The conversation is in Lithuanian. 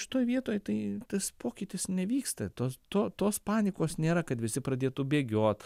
šitoj vietoj tai tas pokytis nevyksta tos to tos panikos nėra kad visi pradėtų bėgiot